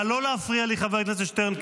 לא להפריע לי, חבר הכנסת שטרן.